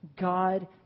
God